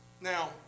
Now